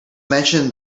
mention